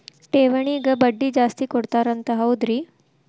ಠೇವಣಿಗ ಬಡ್ಡಿ ಜಾಸ್ತಿ ಕೊಡ್ತಾರಂತ ಹೌದ್ರಿ?